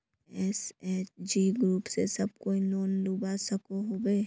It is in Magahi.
एस.एच.जी ग्रूप से सब कोई लोन लुबा सकोहो होबे?